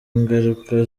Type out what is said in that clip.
ingaruka